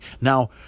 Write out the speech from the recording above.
Now